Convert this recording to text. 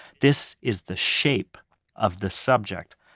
this is the shape of the subject.